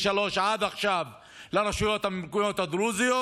עד עכשיו לרשויות המקומיות הדרוזיות.